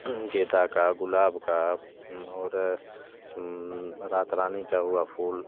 गेंदे का गुलाब का और रात रानी का हुआ फूल